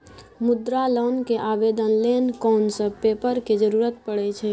मुद्रा लोन के आवेदन लेल कोन सब पेपर के जरूरत परै छै?